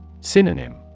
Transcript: Synonym